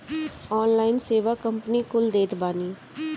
online सेवा company कुल देत बानी